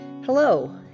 Hello